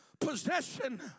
possession